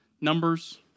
Numbers